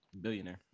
Billionaire